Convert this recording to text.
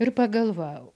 ir pagalvojau